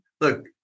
Look